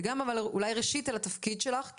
וגם אולי ראשית על התפקיד שלך,